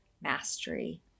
mastery